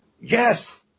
yes